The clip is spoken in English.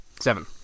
Seven